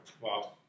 Wow